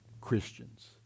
Christians